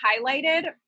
highlighted